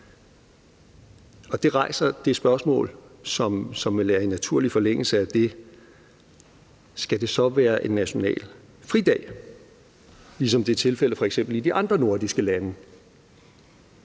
Det rejser det spørgsmål, som vil være i naturlig forlængelse af det: Skal det så være en national fridag, ligesom det er tilfældet f.eks. i de andre nordiske lande?